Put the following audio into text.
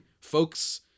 folks